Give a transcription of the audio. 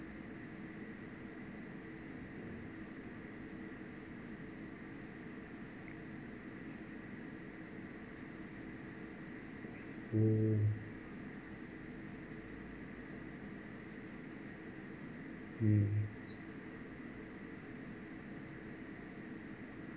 mm mm